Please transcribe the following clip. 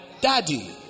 daddy